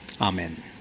Amen